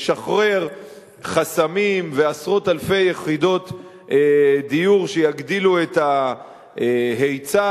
לשחרר חסמים ועשרות אלפי יחידות דיור שיגדילו את ההיצע,